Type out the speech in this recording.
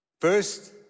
first